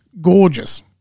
gorgeous